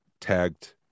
tagged